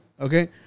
okay